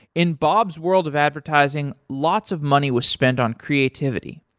in bob's world of advertising lots of money was spent on creativity.